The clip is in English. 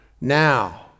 Now